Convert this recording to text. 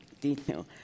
detail